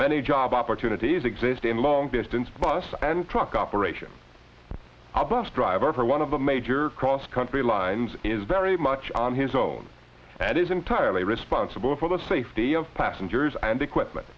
many job opportunities exist in long distance bus and truck operations a bus driver for one of the major cross country lines is very much on his own and is entirely responsible for the safety of passengers and equipment